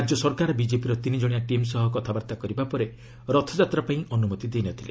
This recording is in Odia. ରାଜ୍ୟ ସରକାର ବିଜେପିର ତିନି ଜଣିଆ ଟିମ୍ ସହ କଥାବାର୍ତ୍ତା କରିବା ପରେ ରଥଯାତ୍ରା ପାଇଁ ଅନୁମତି ଦେଇନଥିଲେ